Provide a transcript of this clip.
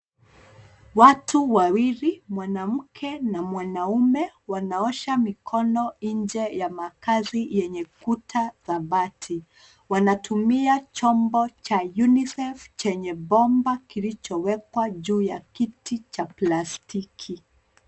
Watu wawili, mwanamke na mwanaume wanaosha mikono nje ya makaazi yenye kuta za bati. Wanatumia chombo cha UNICEF chenye bomba kilichowekwa juu ya kiti cha plastiki.